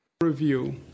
Review